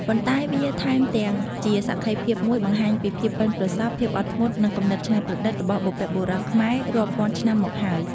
ប៉ុន្តែវាថែមទាំងជាសក្ខីភាពមួយបង្ហាញពីភាពប៉ិនប្រសប់ ភាពអត់ធ្មត់ និងគំនិតច្នៃប្រឌិតរបស់បុព្វបុរសខ្មែររាប់ពាន់ឆ្នាំមកហើយ។